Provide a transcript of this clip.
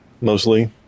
mostly